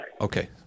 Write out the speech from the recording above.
Okay